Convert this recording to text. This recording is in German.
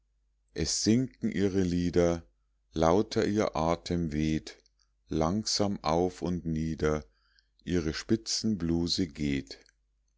es sinken ihre lider lauter ihr atem weht langsam auf und nieder ihre spitzenbluse geht